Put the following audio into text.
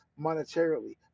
monetarily